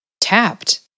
tapped